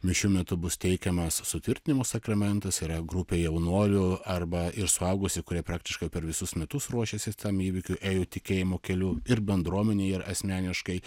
mišių metu bus teikiamas sutvirtinimo sakramentas yra grupė jaunuolių arba ir suaugusių kurie praktiškai per visus metus ruošėsi tam įvykiui ėjo tikėjimo keliu ir bendruomenėj ir asmeniškai